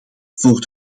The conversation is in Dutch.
voor